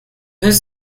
his